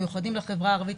מיוחדים לחברה הערבית,